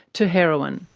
to heroin.